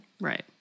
Right